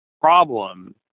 problem